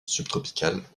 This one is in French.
subtropicales